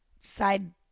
side